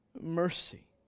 mercy